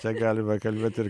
čia galima kalbėt ir